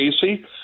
Casey